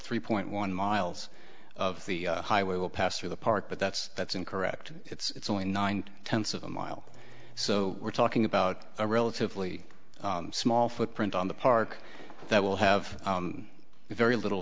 three point one miles of the highway will pass through the park but that's that's incorrect it's only nine tenths of a mile so we're talking about a relatively small footprint on the park that will have very little